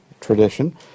tradition